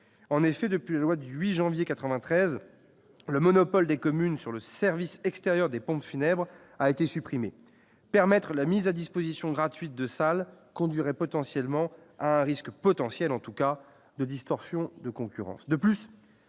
en effet, depuis la loi du 8 janvier 93 le monopole des communes sur le service extérieur des pompes funèbres a été supprimé, permettre la mise à disposition gratuite de salles conduirait potentiellement un risque potentiel, en tous cas de distorsion de concurrence,